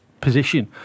position